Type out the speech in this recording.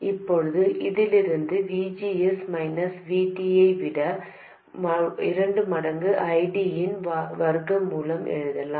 இப்போது இதிலிருந்து V G S minus V T ஐ 2 மடங்கு I D இன் வர்க்கமூலமாக எழுதலாம்